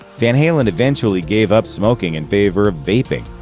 van halen eventually gave up smoking in favor of vaping,